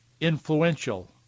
influential